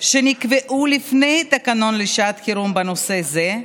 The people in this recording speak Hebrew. שנקבעה לפני התקנות לשעת חירום בנושא זה,